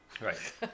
Right